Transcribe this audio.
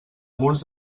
murs